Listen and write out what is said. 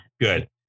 Good